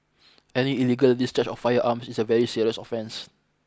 any illegal discharge of firearms is a very serious offence